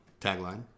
tagline